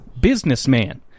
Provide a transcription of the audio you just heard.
Businessman